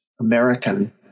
American